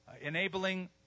enabling